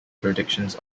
predictions